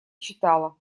читала